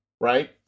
right